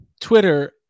Twitter